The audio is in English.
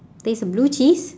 taste of blue cheese